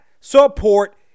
support